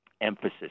emphasis